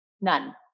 none